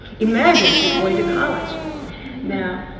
imagine. she's going to college now.